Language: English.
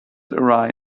arrive